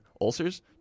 ulcers